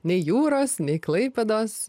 nei jūros nei klaipėdos